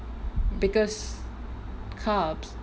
because carbohydrates